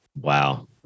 Wow